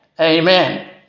Amen